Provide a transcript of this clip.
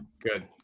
Good